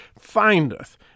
findeth